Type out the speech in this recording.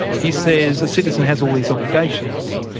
he says a citizen has all these obligations.